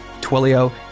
Twilio